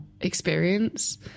experience